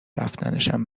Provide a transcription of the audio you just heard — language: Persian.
رفتنشم